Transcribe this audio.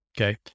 Okay